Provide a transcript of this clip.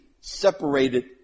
separated